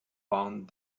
found